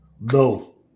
No